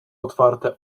otwarte